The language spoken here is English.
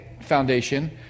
foundation